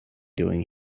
doing